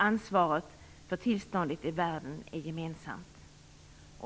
Ansvaret för tillståndet i världen är gemensamt.